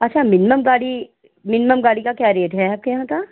अच्छा मिनिमम गाड़ी मिनिमम गाड़ी का क्या रेट है आपके यहाँ का